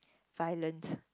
violent